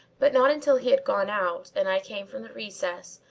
but not until he had gone out and i came from the recess,